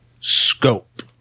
scope